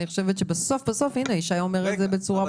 אני חושבת שבסוף בסוף ישי אומר את זה בצורה ברורה.